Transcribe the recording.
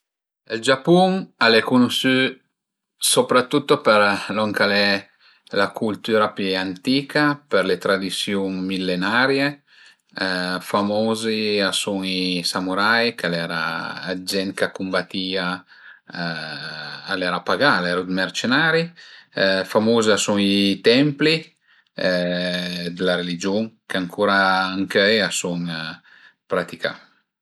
Ël Giapun al e cunusü soprattutto për lon ch'al e la cultüra pi antica, për le tradisiun millenarie, famuzi a sun i samurai, ch'al era d'gent ch'a cumbatìa al era pagà, al eru d'mercenari, famuz a sun i templi d'la religiun che ancura ëncöi a sun praticà